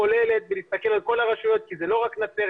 כוללת ולהסתכל על כל הרשויות כי זאת לא רק נצרת.